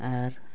ᱟᱨ